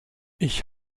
ich